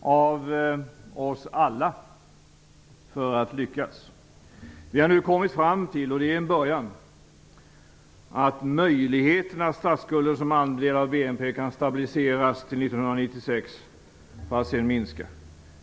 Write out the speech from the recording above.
och av oss alla - för att lyckas. Vi har nu kommit fram till, och det är en början, att möjligheten finns att statsskulden som andel av BNP kan stabiliseras till 1996 för att sedan minska.